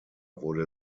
wurde